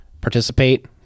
participate